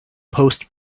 post